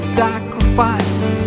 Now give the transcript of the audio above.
sacrifice